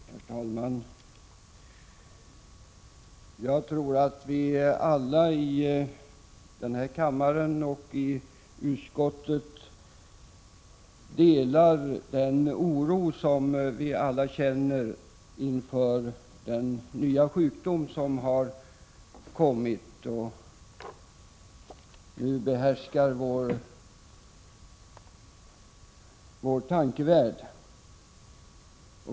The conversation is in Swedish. Herr talman! Jag tror att vi alla i utskottet och i denna kammare delar den oro som finns inför den nya sjukdom som nu behärskar vår tankevärld.